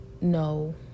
no